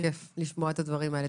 כיף לשמוע את הדברים האלה.